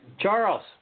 Charles